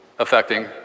affecting